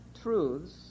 truths